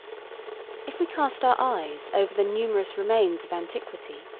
if we cast our eyes over the numerous remains of antiquity,